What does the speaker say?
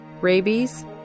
Rabies